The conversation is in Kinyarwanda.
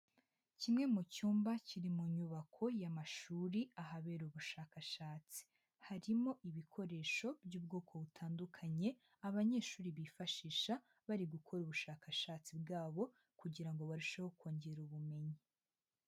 Kimwe mu cyumba kiri mu nyubako y'amashuri ahabera ubushakashatsi, harimo ibikoresho by'ubwoko butandukanye abanyeshuri bifashisha bari gukora ubushakashatsi bwabo kugira ngo barusheho kongera ubumenyi.